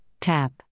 tap